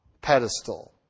pedestal